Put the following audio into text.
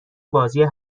بازی